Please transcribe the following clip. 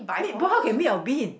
meatball can made of bean